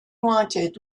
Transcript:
wanted